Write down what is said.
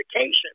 education